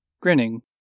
grinning